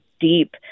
deep